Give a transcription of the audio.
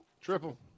Triple